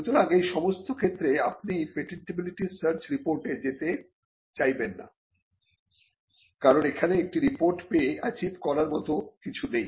সুতরাং এই সমস্ত ক্ষেত্রে আপনি পেটেন্টিবিলিটি সার্চ রিপোর্টে যেতে চাইবেন না কারণ এখানে একটা রিপোর্ট পেয়ে অ্যাচিভ করার মতো কিছু নেই